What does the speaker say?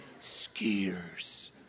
skiers